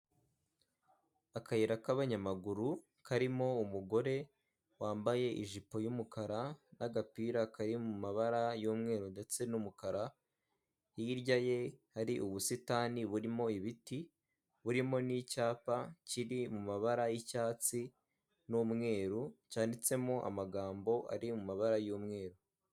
Akayira k'abanyamaguru karimo umugore wambaye ijipo y'umukara n'agapira kari mu mabara y'umweru ndetse n'umukara, hirya ye hari ubusitani burimo ibiti, burimo n'icyapa kiri mu mabara y'icyatsi n'umweru cyanditsemo amagambo ari mu mabara y'umweru.